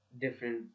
different